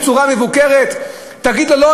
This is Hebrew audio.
בצורה מבוקרת: תגידו לא,